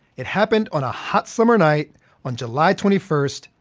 it happened on a hot summer night on july twenty first,